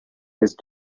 his